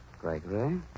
Gregory